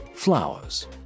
Flowers